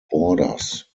boarders